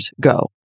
go